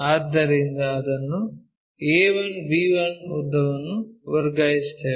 ಆದ್ದರಿಂದ ಅದನ್ನು a1 b1 ಉದ್ದವನ್ನು ವರ್ಗಾಯಿಸುತ್ತೇವೆ